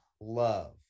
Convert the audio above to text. love